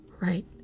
right